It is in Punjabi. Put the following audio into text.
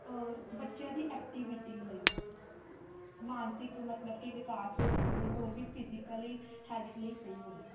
ਬੱਚਿਆਂ ਦੀ ਐਕਟੀਵਿਟੀ ਲਈ ਮਾਨਸਿਕ ਮਤਲਬ ਕਿ ਵਿਕਾਸ ਹੋ ਸਕੇ ਹੋਰ ਵੀ ਫਿਜੀਕਲੀ ਹੈਲਥ ਲਈ ਸਹੀ ਹੋਵੇ